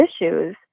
issues